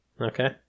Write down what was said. Okay